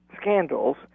scandals